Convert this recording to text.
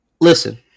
Listen